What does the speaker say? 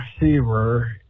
receiver